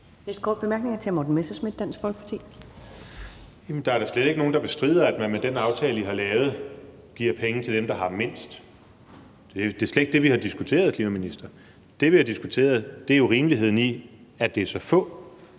Dansk Folkeparti. Kl. 14:52 Morten Messerschmidt (DF): Der er da slet ikke nogen, der bestrider, at man med den aftale, I har lavet, giver penge til dem, der har mindst. Det er slet ikke det, vi har diskuteret, kære minister. Det, vi har diskuteret, er rimeligheden i, at det er så få,